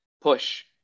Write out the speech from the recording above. push